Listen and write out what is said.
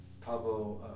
Pablo